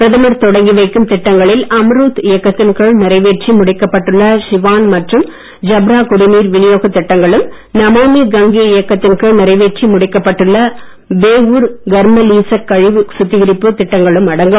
பிரதமர் தொடங்கி வைக்கும் திட்டங்களில் அம்ரூத் இயக்கத்தின் கீழ் நிறைவேற்றி முடிக்கப்பட்டுள்ள சிவான் மற்றும் சப்ரா குடிநீர் வினியோகத் திட்டங்களும் நமாமி கங்கே இயக்கத்தின் கீழ் நிறைவேற்றி முடிக்கப்பட்டுள்ள பேவூர் கர்மலீசக் கழிவுநீர் சுத்தகரிப்புத் திட்டங்களும் அடங்கும்